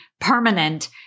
permanent